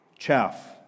Chaff